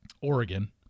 Oregon